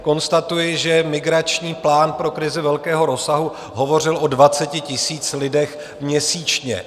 Konstatuji, že migrační plán pro krizi velkého rozsahu hovořil o 20 000 lidech měsíčně.